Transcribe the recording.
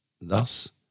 Thus